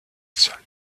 solde